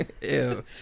Ew